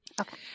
Okay